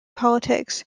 politics